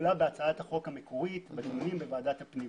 בהצעת החוק המקורית בדיונים בהצעת הפנים.